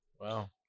Wow